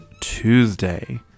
Tuesday